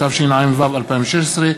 התשע"ו 2016,